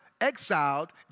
exiled